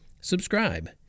subscribe